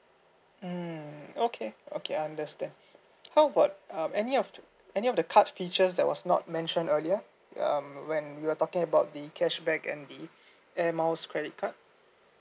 mm okay okay I understand how about err any of the any of the cards features that was not mentioned earlier when you were talking about the cashback and the Air Miles credit card